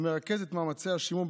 המרכז את מאמצי השימור,